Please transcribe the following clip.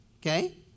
Okay